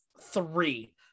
three